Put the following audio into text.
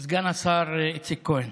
סגן השר איציק כהן,